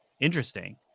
interesting